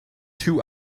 two